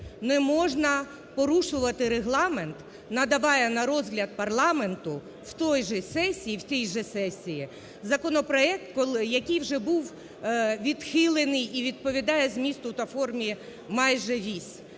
не можна порушувати Регламент, надаючи на розгляд парламенту в тій же сесії законопроект, який вже був відхилений і відповідає змісту та формі майже весь.